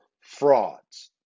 frauds